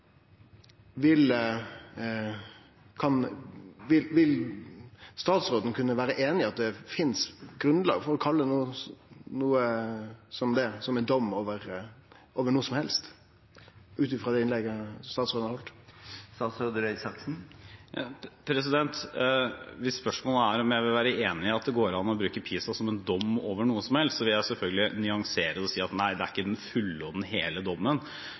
Vil statsråden vere einig i at det finst grunnlag for å kalle noko som dette for ein dom over noko som helst, ut frå det innlegget statsråden har heldt? Hvis spørsmålet er om jeg er enig i at det går an å bruke PISA som en dom over noe som helst, vil jeg selvfølgelig nyansere det og si at det er ikke den fulle og hele dommen.